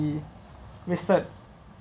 we wasted